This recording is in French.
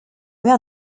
mer